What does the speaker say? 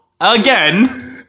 again